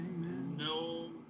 No